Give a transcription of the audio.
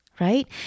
right